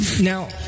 Now